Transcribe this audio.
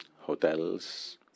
hotels